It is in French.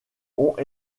ont